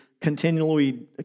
continually